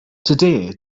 today